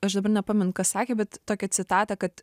aš dabar nepamenu kas sakė bet tokią citatą kad